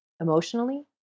emotionally